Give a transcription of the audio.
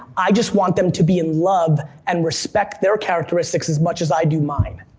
i just want them to be in love and respect their characteristics as much as i do mine.